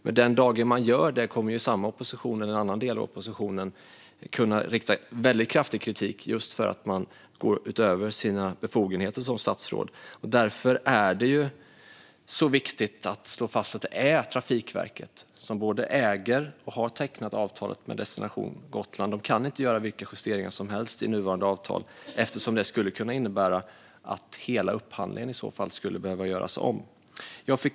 Men den dagen man gör det kommer samma opposition eller en annan del av oppositionen att kunna rikta väldigt kraftig kritik mot en, just för att man går utöver sina befogenheter som statsråd. Därför är det så viktigt att slå fast att det är Trafikverket som både äger och har tecknat avtalet med Destination Gotland. De kan inte göra vilka justeringar som helst i nuvarande avtal, eftersom det skulle kunna innebära att hela upphandlingen i så fall behöver göras om.